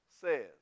says